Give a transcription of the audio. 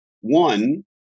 one